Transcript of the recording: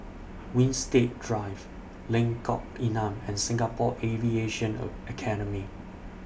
Winstedt Drive Lengkong Enam and Singapore Aviation A Academy